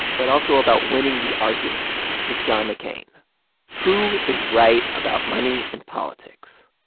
but also about winning the argument with john mccain who is right about money in politics.